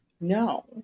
No